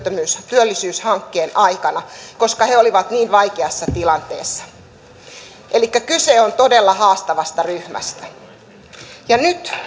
työllisyyshankkeen aikana koska he olivat niin vaikeassa tilanteessa elikkä kyse on todella haastavasta ryhmästä ja nyt